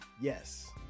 Yes